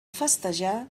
festejar